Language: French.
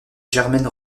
germaine